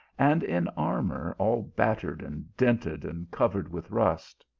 and in armour all battered and dinted, and covered with rust.